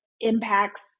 impacts